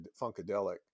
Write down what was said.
funkadelic